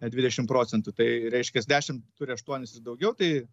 dvidešim procentų tai reiškias dešim turi aštuonis ir daugiau tai